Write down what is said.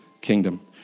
kingdom